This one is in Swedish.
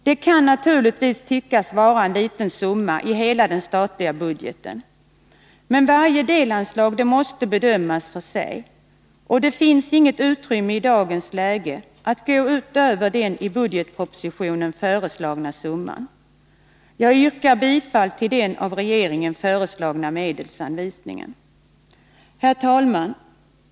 Det kan naturligtvis tyckas vara en liten summa i hela den statliga budgeten, men varje delanslag måste bedömas för sig, och det finns i dagens läge inget utrymme att gå utöver den i budgetpropositionen föreslagna summan. Jag yrkar bifall till den av regeringen föreslagna medelsanvisningen. Herr talman!